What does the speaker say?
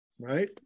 right